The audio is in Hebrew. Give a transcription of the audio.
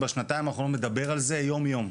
ובשנתיים האחרונות מדבר על זה יום-יום.